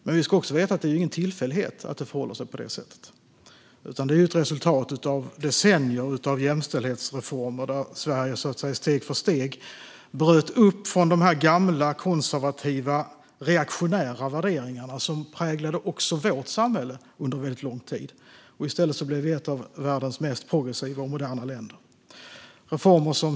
Men vi ska också veta att det inte är en tillfällighet att det förhåller sig så utan att det är ett resultat av decennier av jämställdhetsreformer där Sverige steg för steg brutit upp från gamla konservativa och reaktionära värderingar som präglat också vårt samhälle under lång tid. I stället har Sverige blivit ett av världens mest progressiva och moderna länder.